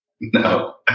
no